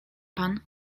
pan